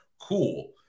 Cool